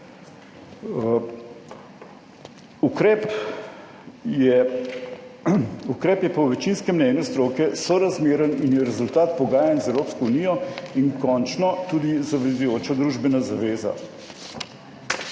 Ukrep je po večinskem mnenju stroke sorazmeren in je rezultat pogajanj z Evropsko unijo in končno tudi zavezujoča družbena zaveza.